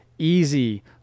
Easy